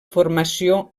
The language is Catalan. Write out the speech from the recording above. formació